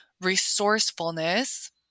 resourcefulness